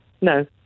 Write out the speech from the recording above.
No